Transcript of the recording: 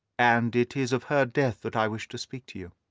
and it is of her death that i wish to speak to you.